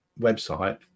website